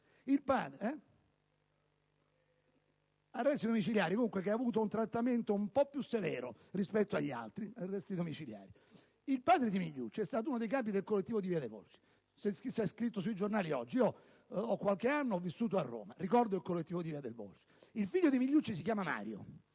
Il padre di Miliucci è stato uno dei capi del collettivo di via dei Volsci.